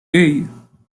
hey